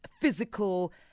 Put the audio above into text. physical